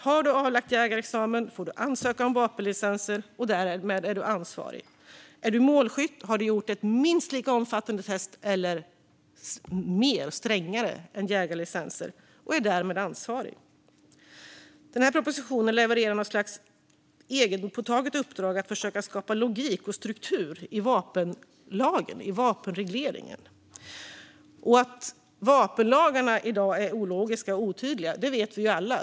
Har du avlagt jägarexamen får du ansöka om vapenlicenser, och därmed är du ansvarig. Är du målskytt har du gjort ett minst lika omfattande test som för jägarlicens eller ett ännu strängare och är därmed ansvarig. Propositionen levererar något slags egenpåtaget uppdrag att försöka skapa logik och struktur i vapenregleringen. Att vapenlagarna i dag är ologiska och otydliga vet vi alla.